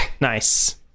Nice